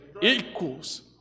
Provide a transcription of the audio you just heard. equals